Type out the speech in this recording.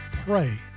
pray